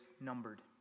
numbered